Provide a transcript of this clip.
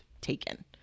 taken